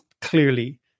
clearly